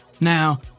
Now